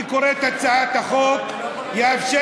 אני קורא את הצעת החוק: "יאפשר